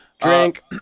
Drink